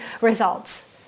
results